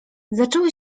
zaczęły